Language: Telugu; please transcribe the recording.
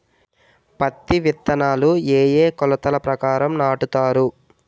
పత్తి విత్తనాలు ఏ ఏ కొలతల ప్రకారం నాటుతారు?